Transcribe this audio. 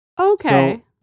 Okay